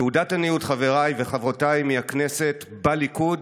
תעודת עניות, חבריי וחברותיי מהכנסת בליכוד.